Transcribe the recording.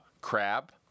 crab